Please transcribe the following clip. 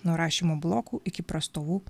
nuo rašymo blokų iki prastovų